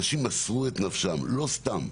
אנשים מסרו את נפשם, לא סתם.